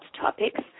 topics